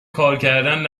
کارکردن